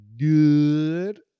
good